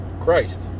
Christ